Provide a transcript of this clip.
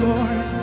Lord